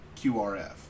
QRF